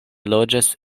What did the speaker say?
loĝas